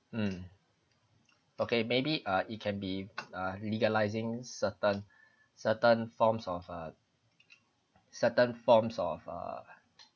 mm okay maybe uh it can be uh legalizing certain certain forms of a certain forms of err